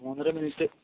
മൂന്നര മിനിറ്റ്